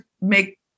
make